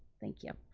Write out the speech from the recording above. thank you,